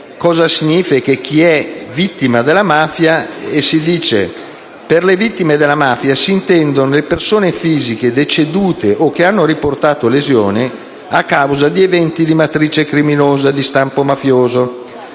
la definizione di «vittime della mafia», secondo la quale: «Per vittime della mafia si intendono le persone fisiche decedute o che hanno riportato lesioni a causa di eventi di matrice criminosa di stampo mafioso.